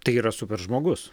tai yra super žmogus